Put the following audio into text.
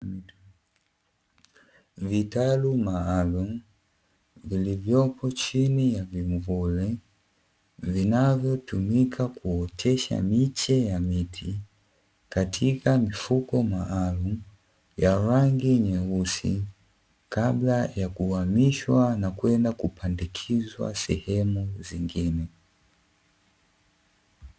Vitalu maalumu vilivyoko chini ya vimvuli vinavyotumika kuotesha miche ya miti katika mifuko maalumu ya rangi nyeusi, kabla ya kuhamishwa na kuenda kupandikizwa sehemu zingine.